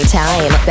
time